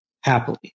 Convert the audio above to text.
happily